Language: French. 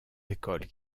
écoles